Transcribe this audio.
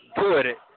good